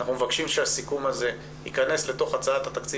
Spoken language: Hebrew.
אנחנו מבקשים שהסיכום הזה ייכנס לתוך הצעת התקציב